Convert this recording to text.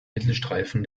mittelstreifen